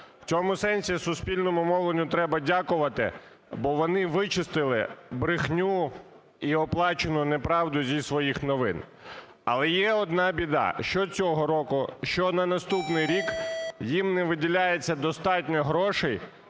В цьому сенсі суспільному мовленню треба дякувати, бо вони вичистили брехню і оплачувану неправду зі своїх новин. Але є одна біда, що цього року, що на наступний рік їм не виділяється достатньо грошей,